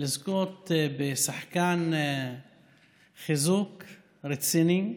לזכות בשחקן חיזוק רציני.